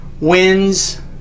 wins